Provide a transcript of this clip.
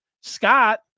Scott